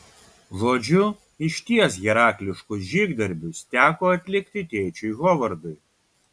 žodžiu išties herakliškus žygdarbius teko atlikti tėčiui hovardui